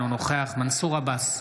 אינו נוכח מנסור עבאס,